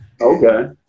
okay